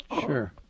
Sure